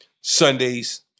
Sundays